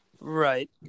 Right